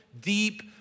deep